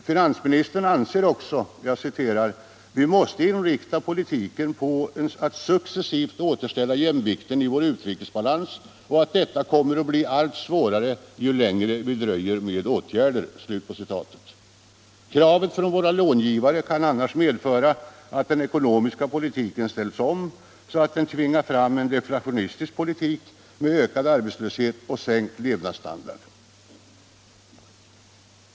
Finansministern anser också att ”vi måste inrikta politiken på att successivt återställa jämvikten i vår utrikesbalans och att detta kommer att bli allt svårare ju längre vi dröjer med åtgärder”. Kraven från våra långivare kan annars medföra att den ekonomiska politiken ställs om så att den tvingar fram en deflationistisk politik med ökad arbetslöshet och sänkt levnadsstandard.